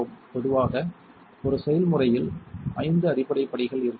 பொதுவாக ஒரு செய்முறையில் ஐந்து அடிப்படை படிகள் இருக்க வேண்டும்